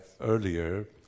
earlier